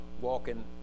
walking